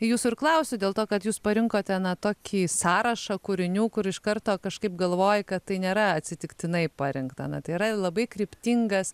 jūsų ir klausiu dėl to kad jūs parinkote na tokį sąrašą kūrinių kur iš karto kažkaip galvoji kad tai nėra atsitiktinai parinkta na tai yra labai kryptingas